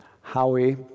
Howie